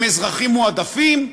הם אזרחים מועדפים,